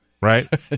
Right